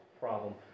problem